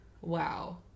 Wow